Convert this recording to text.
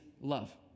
love